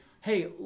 hey